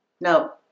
Now